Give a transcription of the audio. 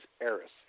Eris